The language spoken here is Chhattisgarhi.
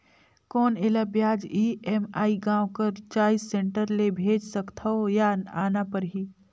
कौन एला ब्याज ई.एम.आई गांव कर चॉइस सेंटर ले भेज सकथव या आना परही?